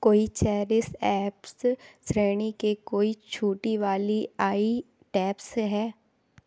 क्या cherish apps श्रेणी के कोई छूटी वाली आइ टैप्स है